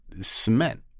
cement